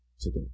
today